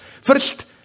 First